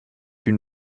une